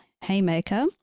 Haymaker